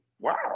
wow